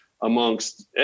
amongst